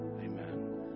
Amen